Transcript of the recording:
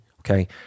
Okay